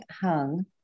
hung